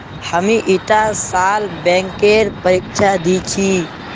हामी ईटा साल बैंकेर परीक्षा दी छि